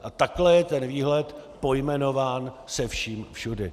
A takhle je ten výhled pojmenován se vším všudy.